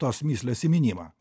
tos mįslės įminimą